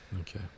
Okay